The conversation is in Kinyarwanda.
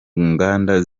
nganda